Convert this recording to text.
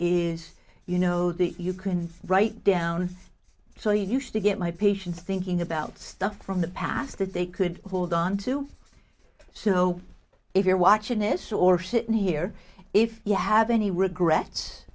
is you know that you can write down so you used to get my patients thinking about stuff from the past that they could hold on to so if you're watching this or sitting here if you have any regrets